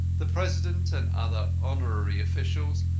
the president and other honorary officials,